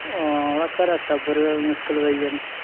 हां ओह्दे घरै टब्बर मुश्कल पेई जानी